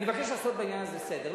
אני מבקש לעשות בעניין הזה סדר.